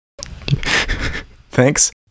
thanks